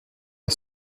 est